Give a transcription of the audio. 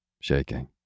Shaking